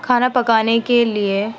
کھانا پکانے کے لیے